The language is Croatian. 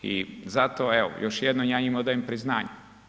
I zato evo, još jednom, ja im odajem priznanje.